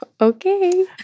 okay